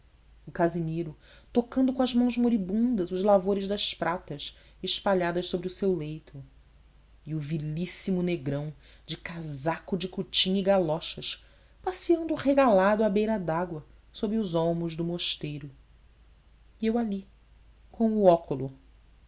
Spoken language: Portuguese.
o casimiro tocando com as mãos moribundas os lavores das pratas espalhadas sobre o seu leito e o vilíssimo negrão de casaco de cotim e galochas passeando regalado à beira da água sob os olmos do mosteiro e eu ali com o óculo